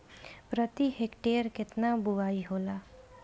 प्रति हेक्टेयर केतना बुआई होला?